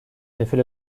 effet